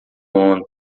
onda